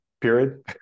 Period